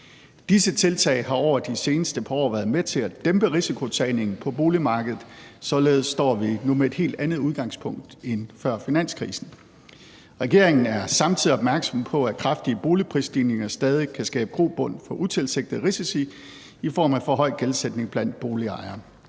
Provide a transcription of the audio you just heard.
Disse tiltag har over de seneste par år været med til at dæmpe risikotagningen på boligmarkedet. Således står vi nu med et helt andet udgangspunkt end før finanskrisen. Regeringen er samtidig opmærksom på, at kraftige boligprisstigninger stadig kan skabe grobund for utilsigtede risici i form af for høj gældsætning blandt boligejere.